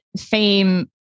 fame